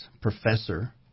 professor